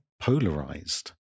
Polarized